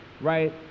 right